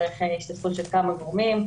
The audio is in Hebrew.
וצריך השתתפות של כמה גורמים,